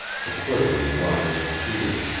the quivering lines of fear.